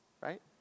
right